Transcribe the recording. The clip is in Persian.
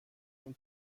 اون